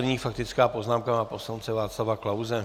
Nyní faktická poznámka pana poslance Václava Klause.